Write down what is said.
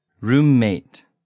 Roommate